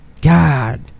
God